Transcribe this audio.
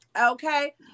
okay